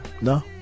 No